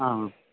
आम्